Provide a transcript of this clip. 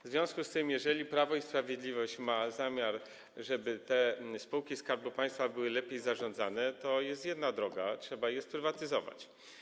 W związku z tym jeżeli Prawo i Sprawiedliwość chce, żeby spółki Skarbu Państwa były lepiej zarządzane, to jest jedna droga - trzeba je sprywatyzować.